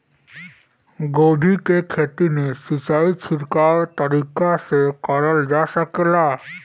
गोभी के खेती में सिचाई छिड़काव तरीका से क़रल जा सकेला?